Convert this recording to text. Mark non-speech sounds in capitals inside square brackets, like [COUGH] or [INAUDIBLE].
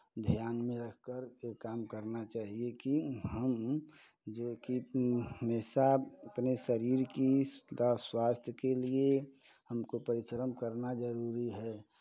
ध्यान में रख कर के काम करना चाहिये कि हम जो कि हमेशा अपने शरीर की [UNINTELLIGIBLE] स्वास्थ्य के लिये हमको परिश्रम करना जरूरी है